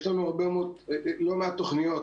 יש לנו לא מעט תוכניות